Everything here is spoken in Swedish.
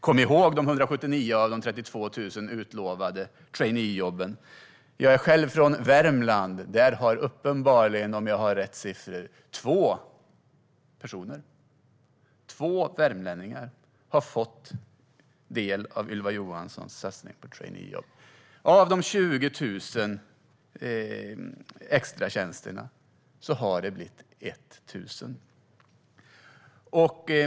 Kom ihåg de 179 av de 32 000 utlovade traineejobben! Jag kommer själv från Värmland. Där har, om jag har rätt siffror, två värmlänningar fått del av Ylva Johanssons satsning på traineejobb. Av de 20 000 extratjänsterna har det blivit 1 000.